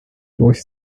durch